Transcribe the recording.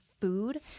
food